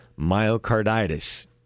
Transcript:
myocarditis